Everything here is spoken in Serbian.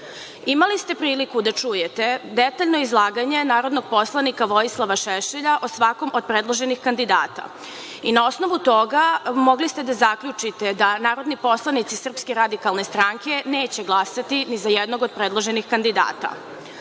posao. Imali ste priliku da čujete detaljno izlaganje narodnog poslanika Vojislava Šešelja o svakom od predloženih kandidata i na osnovu toga mogli ste da zaključite da narodni poslanici Srpske radikalne stranke neće glasati ni za jednog od predloženih kandidata. Naravno,